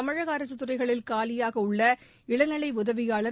தமிழக அரசு துறைகளில் காலியாக உள்ள இளநிலை உதவியாளர்